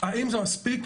האם זה מספיק?